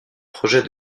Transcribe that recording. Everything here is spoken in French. projet